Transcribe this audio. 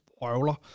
røvler